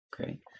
Okay